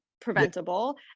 preventable